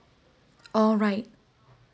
alright